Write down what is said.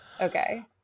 okay